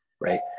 right